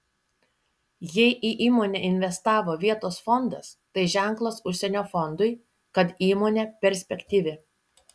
jei į įmonę investavo vietos fondas tai ženklas užsienio fondui kad įmonė perspektyvi